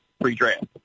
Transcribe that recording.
pre-draft